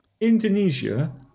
indonesia